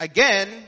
Again